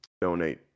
donate